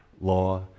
law